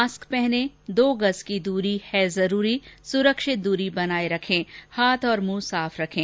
mask पहनें दो गज़ की दूरी है जरूरी सुरक्षित दूरी बनाए रखें हाथ और मुंह साफ रखें